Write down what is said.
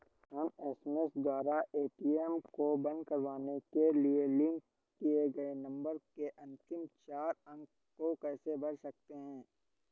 हम एस.एम.एस द्वारा ए.टी.एम को बंद करवाने के लिए लिंक किए गए नंबर के अंतिम चार अंक को कैसे भर सकते हैं?